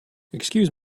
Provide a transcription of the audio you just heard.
excuse